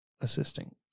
assisting